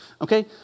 Okay